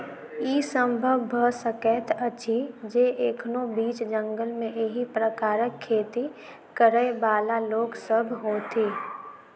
ई संभव भ सकैत अछि जे एखनो बीच जंगल मे एहि प्रकारक खेती करयबाला लोक सभ होथि